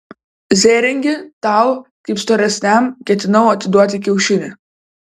zėringi tau kaip storesniam ketinau atiduoti kiaušinį